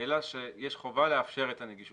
אלא שיש חובה לאפשר את הנגישות.